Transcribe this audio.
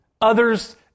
Others